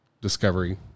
Discovery